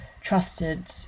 trusted